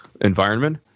environment